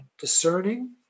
discerning